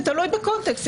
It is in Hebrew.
זה תלוי בקונטקסט.